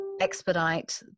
expedite